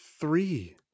three